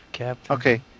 Okay